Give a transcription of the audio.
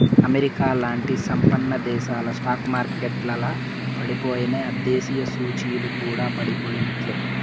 అమెరికాలాంటి సంపన్నదేశాల స్టాక్ మార్కెట్లల పడిపోయెనా, దేశీయ సూచీలు కూడా పడిపోయినట్లే